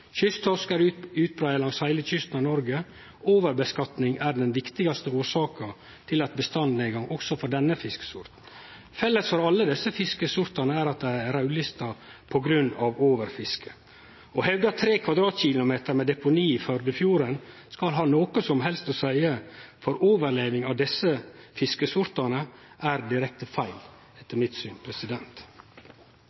Kysttorsk er utbreidd langs heile kysten av Noreg. Overfiske er den viktigaste årsaka til bestandsnedgang også for denne fiskesorten. Felles for alle desse fiskesortane er at dei er raudlista på grunn av overfiske. Å hevde at 3 km2 med deponi i Førdefjorden skal ha noko som helst å seie for overleving av desse fiskesortane, er direkte feil